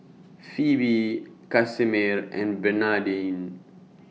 Pheobe Casimir and Bernardine